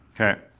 Okay